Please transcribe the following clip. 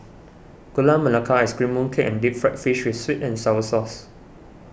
Gula Melaka Ice Cream Mooncake and Deep Fried Fish with Sweet and Sour Sauce